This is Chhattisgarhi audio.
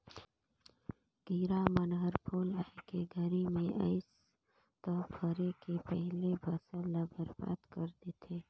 किरा मन हर फूल आए के घरी मे अइस त फरे के पहिले फसल ल बरबाद कर देथे